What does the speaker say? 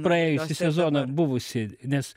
praėjusį sezoną buvusį nes